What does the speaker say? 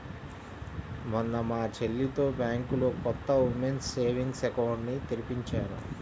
మొన్న మా చెల్లితో బ్యాంకులో కొత్త ఉమెన్స్ సేవింగ్స్ అకౌంట్ ని తెరిపించాను